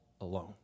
alone